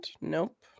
nope